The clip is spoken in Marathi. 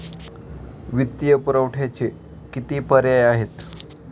वित्तीय पुरवठ्याचे किती पर्याय आहेत का?